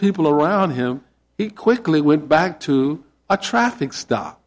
people around him he quickly went back to a traffic stop